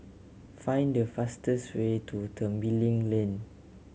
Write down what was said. find the fastest way to Tembeling Lane